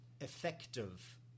effective